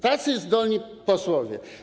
Tacy zdolni posłowie.